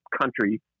country